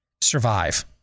Survive